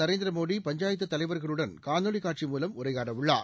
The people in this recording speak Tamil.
நரேந்திரமோடி பஞ்சாயத்து தலைவா்களுடன் காணொலி காட்சி மூலம் உரையாட உள்ளார்